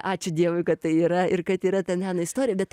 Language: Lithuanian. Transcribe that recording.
ačiū dievui kad tai yra ir kad yra ta meno istorija bet